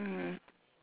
mm